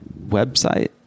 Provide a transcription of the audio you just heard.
website